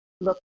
look